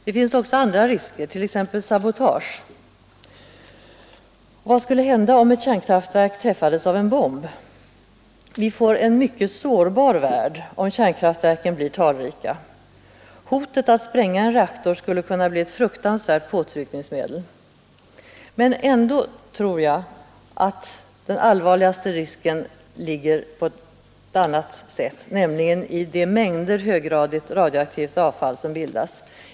Det finns också andra risker, t.ex. sabotage. Vad skulle hända om ett kärnkraftverk träffades av en bomb? Vi får en mycket sårbar värld, om kärnkraftverken blir talrika. Hotet att spränga en reaktor skulle kunna bli ett fruktansvärt påtryckningsmedel. Men den allvarligaste risken ligger ändå i de mängder höggradigt radioaktivt avfall som bildas.